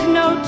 no